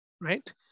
Right